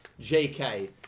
JK